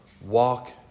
walk